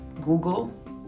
Google